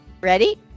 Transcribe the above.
ready